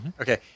okay